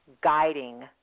guiding